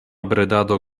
bredado